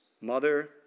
mother